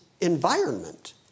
environment